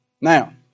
Now